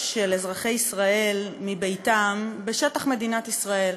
של אזרחי ישראל מביתם בשטח מדינת ישראל,